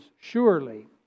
surely